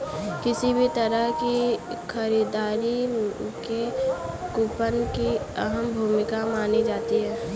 किसी भी तरह की खरीददारी में कूपन की अहम भूमिका मानी जाती है